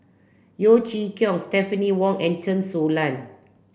Yeo Chee Kiong Stephanie Wong and Chen Su Lan